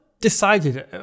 decided